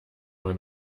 mal